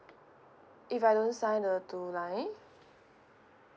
if I don't sign the two line